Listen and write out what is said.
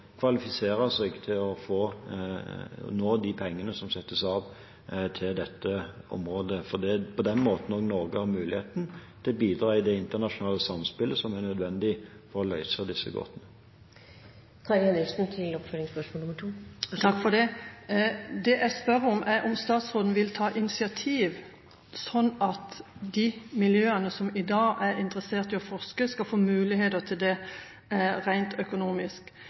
kvalifisere seg for å få de pengene som settes av til dette området, for det er på den måten Norge har mulighet til å bidra i det internasjonale samspillet som er nødvendig for å løse disse gåtene. Det jeg spør om, er om statsråden vil ta initiativ sånn at de miljøene som i dag er interessert i å forske, skal få mulighet til det rent økonomisk.